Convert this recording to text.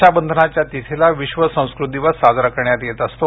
रक्षा बंधनाच्या तिथीला विश्व संस्कृत दिवस साजरा करण्यात येत असतो